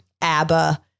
ABBA